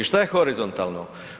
Što je horizontalno?